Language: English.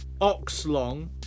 Oxlong